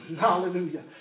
hallelujah